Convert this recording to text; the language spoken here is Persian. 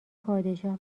پادشاه